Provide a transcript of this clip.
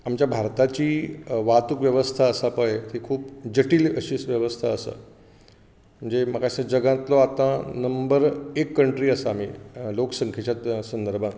आमच्या भारताची वाहतूक वेवस्था आसा पळय ती खूब जठील अशी वेवस्था आसा म्हणजे म्हाका दिसता जगांतलो आतां नंबर एक कंट्री आसा आमी लोक संख्येच्या संदर्भांत